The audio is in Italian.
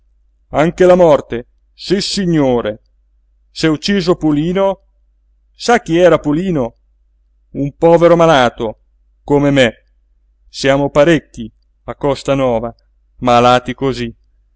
anche la morte sissignore s'è ucciso pulino sa chi era pulino un povero malato come me siamo parecchi a costanova malati cosí